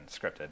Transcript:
scripted